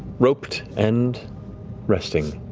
roped and resting,